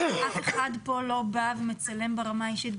אף אחד כאן לא בא ומצלם ברמה האישית,